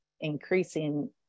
increasing